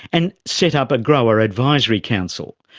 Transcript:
and set up a grower advisory council.